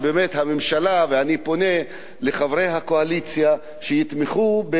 ואני פונה לחברי הקואליציה שיתמכו בהצעה הזאת,